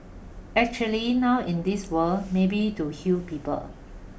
actually now in this world maybe to heal people